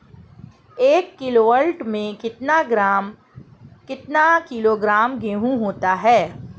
एक क्विंटल में कितना किलोग्राम गेहूँ होता है?